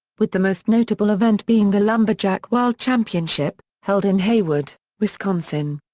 with the most notable event being the lumberjack world championship, held in hayward, wisconsin.